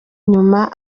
nyuma